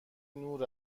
نور